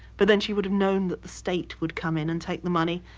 but then she would have known that the state would come in and take the money,